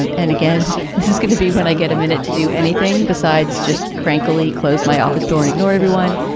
and and again, this is going to be when i get a minute to do anything besides just crankily, close my office door and ignore everyone.